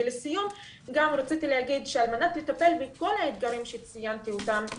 על מנת לטפל בכל האתגרים שציינתי אותם,